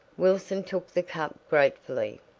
wilson took the cup gratefully.